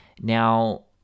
Now